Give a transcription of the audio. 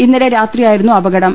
ഇന്നലെ രാത്രിയായിരുന്നു അപകടം